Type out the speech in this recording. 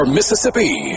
Mississippi